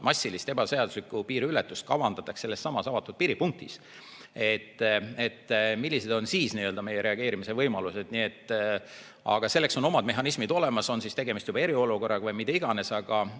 massilist ebaseaduslikku piiriületust kavandatakse ka avatud piiripunktis. Millised on siis meie reageerimise võimalused? Selleks on omad mehhanismid olemas, on siis tegemist eriolukorraga või millega iganes. Aga